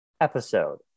episode